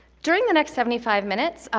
during the next seventy five minutes,